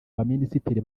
baminisitiri